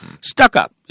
Stuck-up